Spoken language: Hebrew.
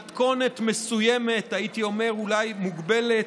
מתכונת מסוימת, הייתי אומר, אולי מוגבלת,